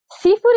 seafood